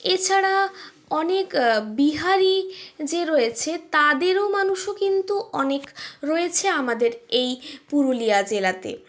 এছাড়া অনেক বিহারি যে রয়েছে তদেরও অংশ কিন্তু অনেক রয়েছে আমাদের এই পুরুলিয়া জেলাতে